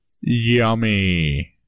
Yummy